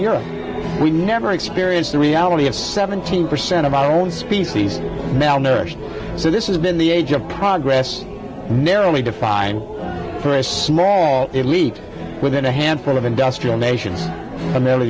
europe we never experienced the reality of seventeen percent of our own species malnourished so this has been the age of progress narrowly defined for a small elite within a handful of industrial nations a me